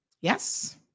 Yes